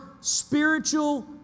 spiritual